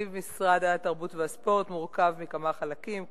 תקציב משרד התרבות והספורט מורכב מכמה חלקים.